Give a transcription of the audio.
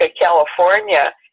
California